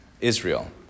Israel